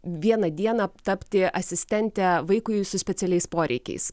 vieną dieną tapti asistente vaikui su specialiais poreikiais